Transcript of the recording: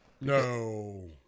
No